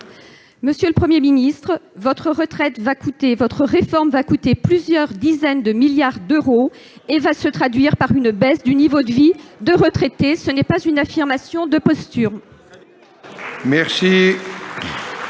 Monsieur le Premier ministre, votre réforme coûtera plusieurs dizaines de milliards d'euros et se traduira par une baisse du niveau de vie des retraités. Ce n'est pas une affirmation de posture !